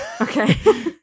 Okay